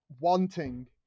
wanting